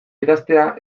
idaztea